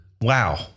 wow